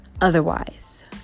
Otherwise